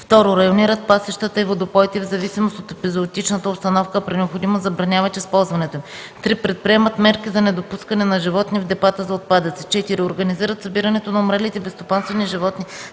2. районират пасищата и водопоите в зависимост от епизоотичната обстановка, а при необходимост – забраняват използването им; 3. предприемат мерки за недопускане на животни в депата за отпадъци; 4. организират събирането на умрелите безстопанствени животни